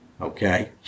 Okay